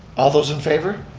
all those in favor?